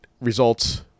Results